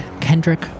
Kendrick